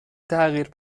تغییر